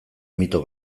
mito